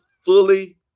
fully